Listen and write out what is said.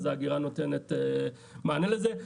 אז האגירה נותנת מענה לזה.